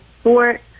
sport